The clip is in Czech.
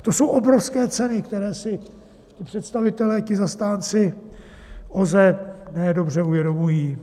To jsou obrovské ceny, které si představitelé, ti zastánci OZE, ne dobře uvědomují.